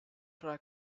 try